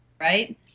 right